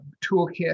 toolkit